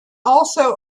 also